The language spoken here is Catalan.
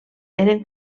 eren